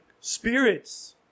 Spirits